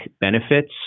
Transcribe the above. benefits